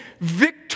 victory